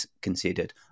considered